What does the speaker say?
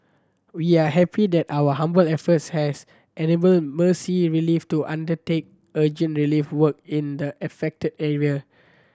we are happy that our humble efforts has enabled Mercy Relief to undertake urgent relief work in the affected area